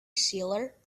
sealer